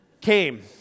came